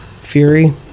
Fury